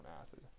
acid